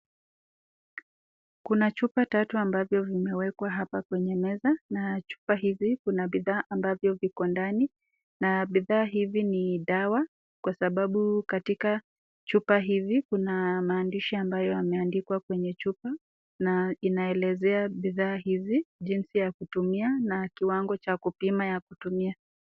Kuna chupa tatu ambavyo vimewekwa hapa kwenye meza na chupa hivi kuna bidhaa ambavyo iko ndani na bidhaa hivi ni dawa kwa sababu katika chupa hizi kuna maandishi ambayo yameandikwa kwenye chupa na inaelezea bidhaa hizi jinsi ya kutumia na kiwango ya kupima ya kutumia.